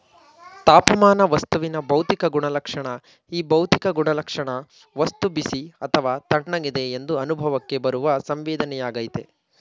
ತಾಪಮಾನ ವಸ್ತುವಿನ ಭೌತಿಕ ಗುಣಲಕ್ಷಣ ಈ ಭೌತಿಕ ಗುಣಲಕ್ಷಣ ವಸ್ತು ಬಿಸಿ ಅಥವಾ ತಣ್ಣಗಿದೆ ಎಂದು ಅನುಭವಕ್ಕೆ ಬರುವ ಸಂವೇದನೆಯಾಗಯ್ತೆ